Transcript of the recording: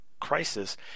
crisis